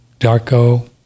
Darko